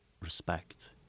respect